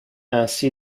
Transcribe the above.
ainsi